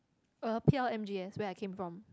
uh P_L_M_G_S where I came from